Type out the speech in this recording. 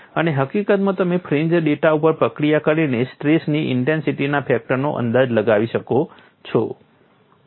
અને હકીકતમાં તમે ફ્રિન્જ ડેટા ઉપર પ્રક્રિયા કરીને સ્ટ્રેસની ઇન્ટેન્સિટીના ફેક્ટરનો અંદાજ લગાવી શકો છો